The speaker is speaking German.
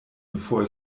bevor